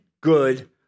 good